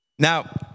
Now